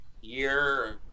year